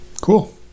Cool